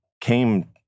came